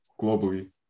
globally